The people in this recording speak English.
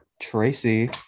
Tracy